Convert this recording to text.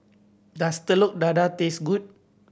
does Telur Dadah taste good